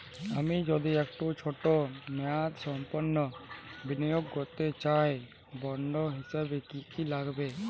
আমি যদি একটু ছোট মেয়াদসম্পন্ন বিনিয়োগ করতে চাই বন্ড হিসেবে কী কী লাগবে?